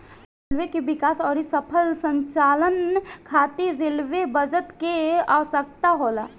railway के विकास अउरी सफल संचालन खातिर रेलवे बजट के आवसकता होला